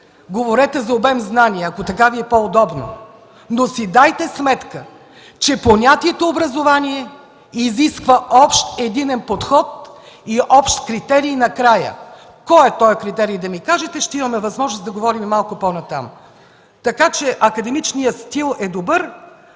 говорете за обем знания, ако така Ви е по-удобно, но си дайте сметка, че понятието „образование” изисква общ единен подход и общ критерий накрая. Кой е този критерий – да ми кажете, ще имаме възможност да говорим малко по-нататък. Така че академичният стил е добър